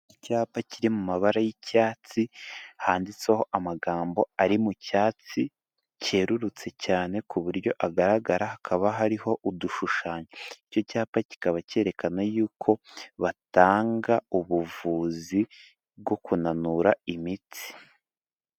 Icyapa kiri mu mabara y'icyatsi, handitseho amagambo ari mu cyatsi kererutse cyane ku buryo agaragara, hakaba hariho udushushanyo, icyo cyapa kikaba kerekana yuko batanga ubuvuzi bwo kunanura imitsi.